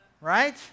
right